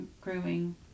Grooming